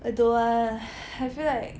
I don't want I feel like